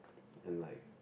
and like